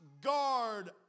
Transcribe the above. guard